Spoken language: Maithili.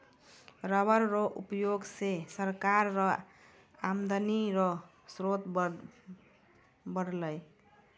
रबर रो उयोग से सरकार रो आमदनी रो स्रोत बरलै